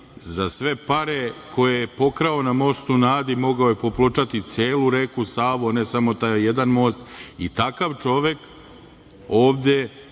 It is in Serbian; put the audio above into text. za sve pare koje je pokrao na mostu na Adi mogao je popločati celu reku Savu, a ne samo taj jedan most. Takav čovek ovde